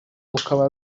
rukaba